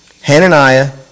Hananiah